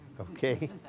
okay